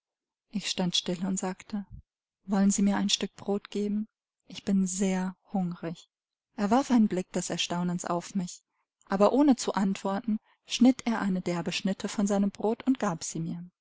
ich stand still und sagte wollen sie mir ein stück brot geben ich bin sehr hungrig er warf einen blick des erstaunens auf mich aber ohne zu antworten schnitt er eine derbe schnitte von seinem brot und gab sie mir